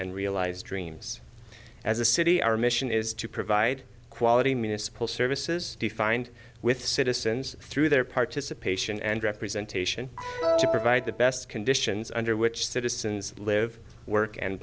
and realize dreams as a city our mission is to provide quality municipal services defined with citizens through their participation and representation to provide the best conditions under which citizens live work and